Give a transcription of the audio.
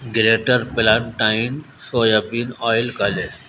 glitter plantain soybean oil collar